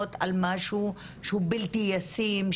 מדברות על משהו שהוא בלתי ישים,